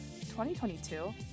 2022